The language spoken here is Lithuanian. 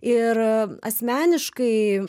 ir asmeniškai